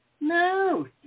No